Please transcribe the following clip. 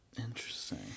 Interesting